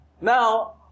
Now